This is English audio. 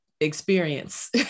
experience